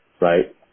right